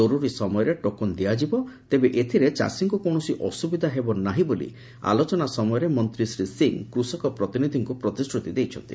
ଜରୁରି ସମୟରେ ଟୋକନ ଦିଆଯିବ ତେବେ ଏଥିରେ ଚାଷୀଙ୍କୁ କୌଣସି ଅସୁବିଧା ହେବ ନାହିଁ ବୋଲି ଆଲୋଚନା ସମୟରେ ମନ୍ତୀ ଶ୍ରୀ ସିଂହ କୃଷକ ପ୍ରତିନିଧିଙ୍କୁ ପ୍ରତିଶ୍ରତି ଦେଇଛନ୍ତି